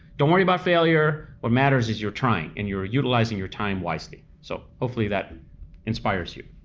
don't worry about failure. what matters is you're trying and you're utilizing your time wisely. so hopefully that inspires you.